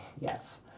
Yes